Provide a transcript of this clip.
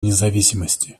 независимости